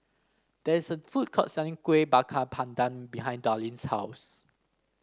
there is a food court selling Kueh Bakar Pandan behind Darlyne's house